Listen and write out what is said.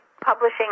publishing